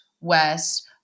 West